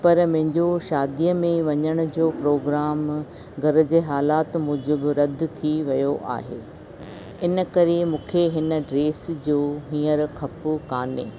पर मुंहिंजो शादीअ में वञण जो प्रोग्राम घर जे हालति मुजब रद्द थी वियो आहे इन करे मूंखे हिन ड्रेस जो हीअंर खपो कोन्हे